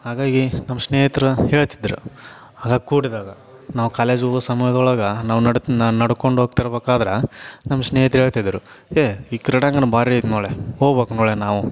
ಹಾಗಾಗಿ ನಮ್ಮ ಸ್ನೇಹಿತರು ಹೇಳ್ತಿದ್ದರು ಆಗ ಕೂಡಿದಾಗ ನಾವು ಕಾಲೇಜ್ಗೆ ಹೋಗೋ ಸಮಯ್ದೊಳಗೆ ನಾವು ನಡ್ತಾ ನಾವು ನಡ್ಕೊಂಡು ಹೋಗ್ತಿರ್ಬೇಕಾದ್ರೆ ನಮ್ಮ ಸ್ನೇಹಿತ್ರು ಹೇಳ್ತಿದ್ರು ಏಯ್ ಈ ಕ್ರೀಡಾಂಗಣ ಭಾರೀ ಐತೆ ನೋಡು ಹೋಬೇಕ್ ನೋಳೆ ನಾವು